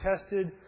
tested